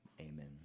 Amen